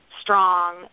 strong